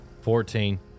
Fourteen